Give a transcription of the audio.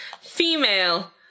female